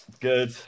Good